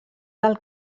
del